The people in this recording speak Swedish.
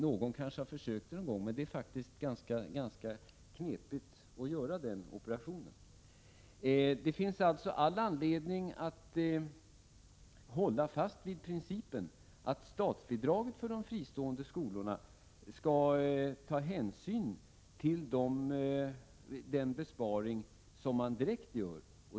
Någon kanske har försökt det någon gång, men det är faktiskt ganska knepigt att göra den operationen. Det finns alltså all anledning att hålla fast vid principen att statsbidraget för de fristående skolorna skall ta hänsyn till den besparing som man direkt gör.